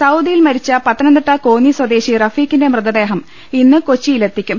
ട സൌദിയിൽ മരിച്ച പത്തനംതിട്ട കോന്നി സ്വദേശി റഫീഖിന്റെ മൃത ദേഹം ഇന്ന് കൊച്ചിയിൽ എത്തിക്കും